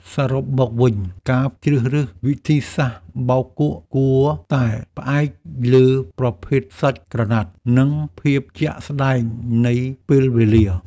សរុបមកវិញ ការជ្រើសរើសវិធីសាស្ត្របោកគក់គួរតែផ្អែកលើប្រភេទសាច់ក្រណាត់ និងភាពជាក់ស្តែងនៃពេលវេលា។